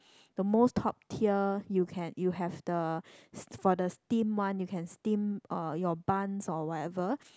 the most top tier you can you have the for the steam one you can steam uh your buns or whatever